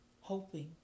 hoping